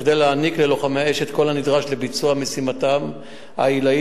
כדי להעניק ללוחמי האש את כל הנדרש לביצוע משימתם העילאית,